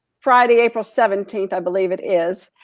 friday, april seventeenth, i believe it is,